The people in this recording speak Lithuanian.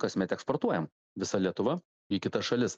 kasmet eksportuojam visa lietuva į kitas šalis